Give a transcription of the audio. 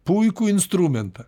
puikų instrumentą